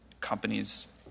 companies